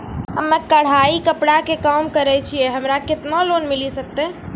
हम्मे कढ़ाई कपड़ा के काम करे छियै, हमरा केतना लोन मिले सकते?